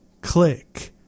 Click